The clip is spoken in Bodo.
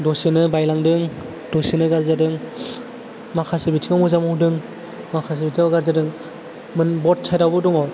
दसेनो बायलांदों दसेनो गाज्रि जादों माखासे बिथिङाव मोजां मावदों माखासे बिथिङाव गाज्रि जादों बट साइटआवबो दङ